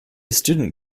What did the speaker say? student